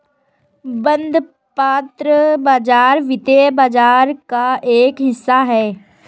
बंधपत्र बाज़ार वित्तीय बाज़ार का एक हिस्सा है